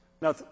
Now